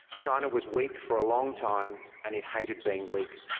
china was weak for a long time and it hated being weak.